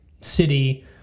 city